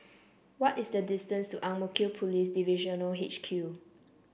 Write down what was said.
what is the distance to Ang Mo Kio Police Divisional H Q